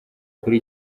kuri